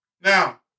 Now